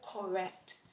correct